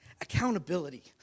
accountability